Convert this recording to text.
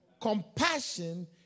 Compassion